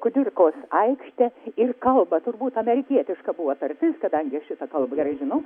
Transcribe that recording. kudirkos aikštę ir kalba turbūt amerikietiška buvo tarsis kadangi aš šitą kalbą gerai žinau